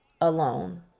alone